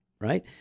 Right